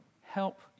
help